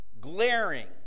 glaring